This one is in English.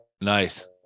Nice